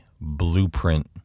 blueprint